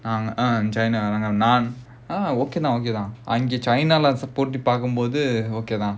uh uh in china naan naan ah okay lah okay lah அங்க:anga china leh பார்க்கும்போது:paarkkumpothu okay lah